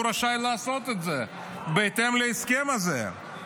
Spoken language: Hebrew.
הוא רשאי לעשות את זה בהתאם להסכם הזה.